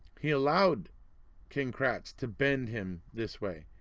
he allowed king kratz to bend him this way.